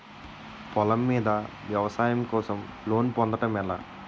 పొలం మీద వ్యవసాయం కోసం లోన్ పొందటం ఎలా?